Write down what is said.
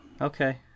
Okay